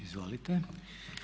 IZvOlite.